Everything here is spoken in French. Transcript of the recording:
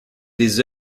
des